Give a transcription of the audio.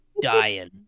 dying